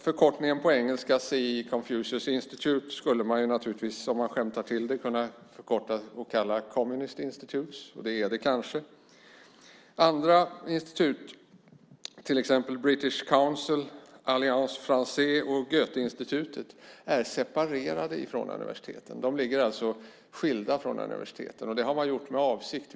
Förkortningen på engelska: CI, Confucius Institute, skulle man naturligtvis, om man skämtade till det, kunna uttyda Communist Institute. Det är det kanske. Andra institut, till exempel British Council, Alliance Française och Goetheinstitutet är separerade från universiteten. De är skilda från universiteten. Så har man gjort med avsikt.